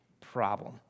problem